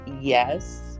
yes